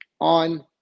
on